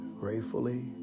gratefully